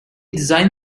designed